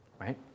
right